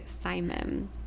simon